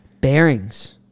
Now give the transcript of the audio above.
bearings